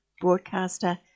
broadcaster